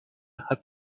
hat